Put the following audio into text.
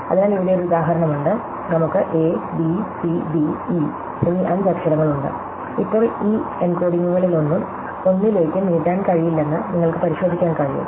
അതിനാൽ ഇവിടെ ഒരു ഉദാഹരണം ഉണ്ട് നമുക്ക് A B C D E എന്നീ അഞ്ച് അക്ഷരങ്ങളുണ്ട് ഇപ്പോൾ ഈ എൻകോഡിംഗുകളിലൊന്നും ഒന്നിലേക്കും നീട്ടാൻ കഴിയില്ലെന്ന് നിങ്ങൾക്ക് പരിശോധിക്കാൻ കഴിയും